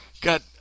got